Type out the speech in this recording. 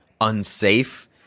unsafe